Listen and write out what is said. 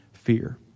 fear